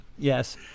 Yes